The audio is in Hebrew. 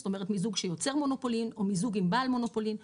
זאת אומרת מיזוג שיוצר מונופולין או מיזוג עם בעל מונופולין.